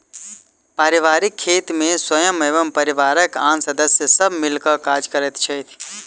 पारिवारिक खेत मे स्वयं एवं परिवारक आन सदस्य सब मिल क काज करैत छथि